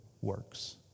works